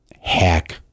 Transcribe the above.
hack